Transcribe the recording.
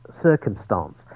circumstance